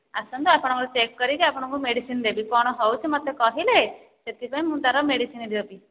ଆସନ୍ତୁ ଆପଣଙ୍କର ଚେକ୍ କରିକି ଆପଣଙ୍କୁ ମେଡ଼ିସିନ୍ ଦେବି କ'ଣ ହେଉଛି ମୋତେ କହିଲେ ସେଥିପାଇଁ ମୁଁ ତା'ର ମେଡ଼ିସିନ୍ ଦିଅନ୍ତି